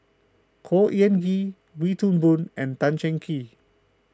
Khor Ean Wee Toon Boon and Tan Cheng Kee